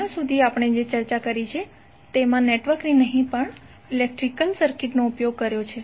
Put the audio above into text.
હમણાં સુધી આપણે જે ચર્ચા કરી છે તેમાં નેટવર્કની નહીં પણ ઇલેક્ટ્રિકલ સર્કિટનો ઉપયોગ કર્યો છે